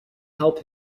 help